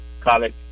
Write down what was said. college